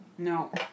No